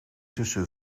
tussen